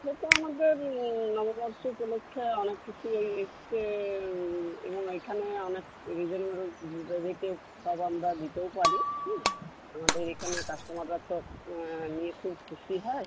সে তো আমাদের নববর্ষ উপলক্ষে অনেক কিছু এই এসেছে এবং এখানে অনেক রিজনেবল রেটে শাড়ি আমরা দিতেও পারি হুম আমাদের এখানে কাস্টমাররা সব নিয়ে খুব খুশি হয়